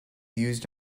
used